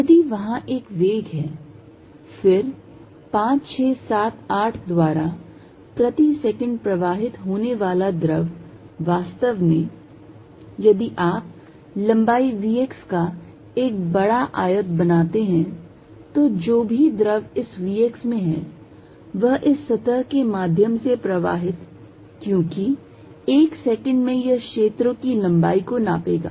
यदि वहाँ एक वेग v है फिर 5 6 7 8 द्वारा प्रति सेकंड प्रवाहित होने वाला द्रव वास्तव में यदि आप लंबाई vx का एक बड़ा आयत बनाते हैं तो जो भी द्रव इस vx में है वह इस सतह के माध्यम से प्रवाहित क्योंकि एक सेकंड में यह क्षेत्रो की लंबाई को नापेगा